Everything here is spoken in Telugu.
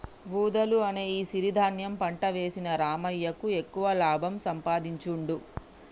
వూదలు అనే ఈ సిరి ధాన్యం పంట వేసిన రామయ్యకు ఎక్కువ లాభం సంపాదించుడు